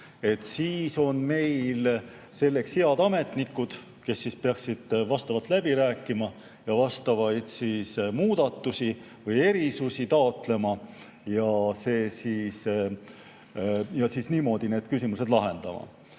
siis on meil selleks head ametnikud, kes peaksid läbi rääkima ja vastavaid muudatusi või erisusi taotlema ja niimoodi need küsimused lahendama.